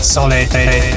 Solid